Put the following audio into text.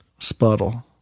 Spuddle